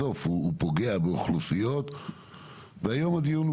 בסוף הוא פוגע באוכלוסיות והיום הדיון הוא